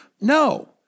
No